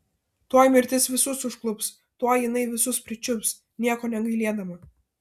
tuoj mirtis visus užklups tuoj jinai visus pričiups nieko negailėdama